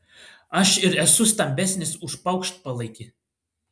aš ir esu stambesnis už paukštpalaikį